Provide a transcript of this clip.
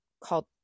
called